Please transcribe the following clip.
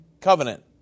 covenant